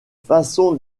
façon